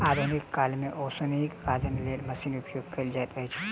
आधुनिक काल मे ओसौनीक काजक लेल मशीनक उपयोग कयल जाइत अछि